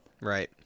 Right